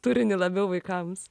turinį labiau vaikams